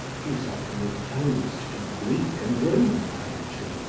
is often opposed to greek and roman poetry,